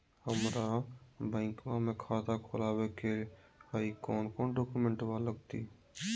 हमरा बैंकवा मे खाता खोलाबे के हई कौन कौन डॉक्यूमेंटवा लगती?